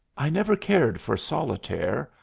i never cared for solitaire.